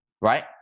Right